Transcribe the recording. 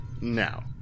Now